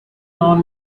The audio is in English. known